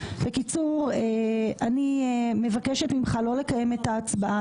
בקיצור, אני מבקשת ממך לא לקיים את ההצבעה.